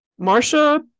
Marsha